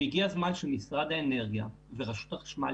והגיע הזמן שמשרד האנרגיה ורשות החשמל